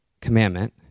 commandment